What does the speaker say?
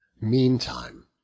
Meantime